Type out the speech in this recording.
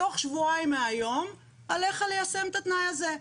'תוך שבועיים מהיום עליך ליישם את התנאי הזה'.